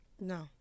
No